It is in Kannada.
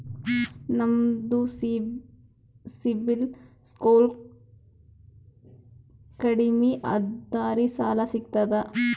ನಮ್ದು ಸಿಬಿಲ್ ಸ್ಕೋರ್ ಕಡಿಮಿ ಅದರಿ ಸಾಲಾ ಸಿಗ್ತದ?